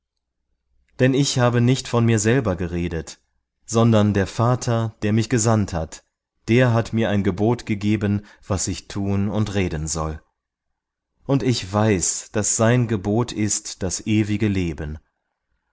denn ich habe nicht von mir selber geredet sondern der vater der mich gesandt hat der hat mir ein gebot gegeben was ich tun und reden soll und ich weiß daß sein gebot ist das ewige leben